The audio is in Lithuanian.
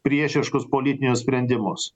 priešiškus politinius sprendimus